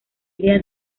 idea